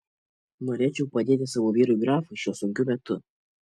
norėčiau padėti savo vyrui grafui šiuo sunkiu metu